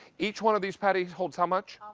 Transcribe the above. each one of these parties hold how much?